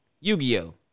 Yu-Gi-Oh